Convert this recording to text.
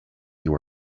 you